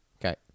Okay